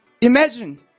Imagine